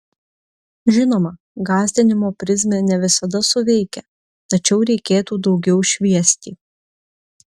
žinoma gąsdinimo prizmė ne visada suveikia tačiau reikėtų daugiau šviesti